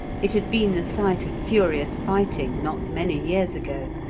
it had been the site of furious fighting not many years ago.